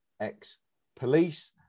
ex-police